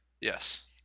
Yes